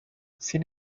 sin